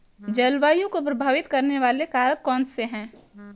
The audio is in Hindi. जलवायु को प्रभावित करने वाले कारक कौनसे हैं?